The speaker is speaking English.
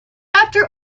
after